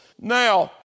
Now